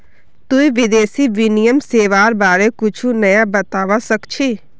तुई विदेशी विनिमय सेवाआर बारे कुछु नया बतावा सक छी